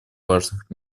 важных